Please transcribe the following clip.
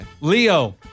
Leo